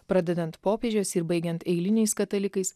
pradedant popiežiais ir baigiant eiliniais katalikais